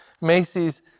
Macy's